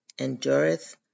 endureth